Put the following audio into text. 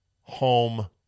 home